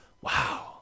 Wow